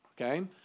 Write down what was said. Okay